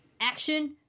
Action